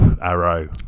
Arrow